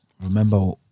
remember